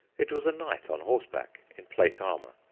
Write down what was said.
it was a knight on horseback, in plate-armour,